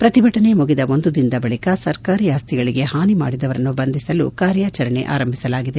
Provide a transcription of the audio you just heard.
ಪ್ರತಿಭಟನೆ ಮುಗಿದ ಒಂದು ದಿನದ ಬಳಿಕ ಸರ್ಕಾರಿ ಆಸ್ತಿಗಳಿಗೆ ಹಾನಿ ಮಾಡಿದವರನ್ನು ಬಂಧಿಸಲು ಕಾರ್ಯಾಚರಣೆ ಆರಂಭಿಸಿದೆ